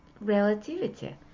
relativity